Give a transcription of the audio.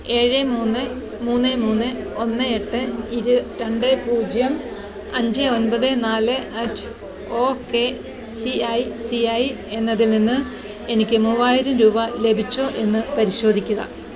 ഏഴ് മൂന്ന് മൂന്നേ മൂന്ന് ഒന്ന് എട്ട് ഇരു രണ്ട് പൂജ്യം അഞ്ച് ഒമ്പത് നാല് at O K C I C I എന്നതിൽ നിന്ന് എനിക്ക് മൂവായിരം രൂപ ലഭിച്ചോ എന്ന് പരിശോധിക്കുക